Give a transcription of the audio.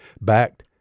Backed